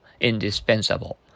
indispensable